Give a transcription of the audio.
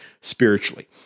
spiritually